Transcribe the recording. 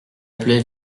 appelé